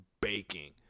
baking